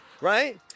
right